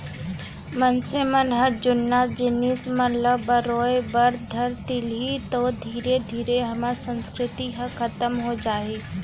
मनसे मन ह जुन्ना जिनिस मन ल बरोय बर धर लिही तौ धीरे धीरे हमर संस्कृति ह खतम हो जाही